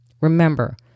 Remember